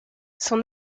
son